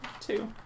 Two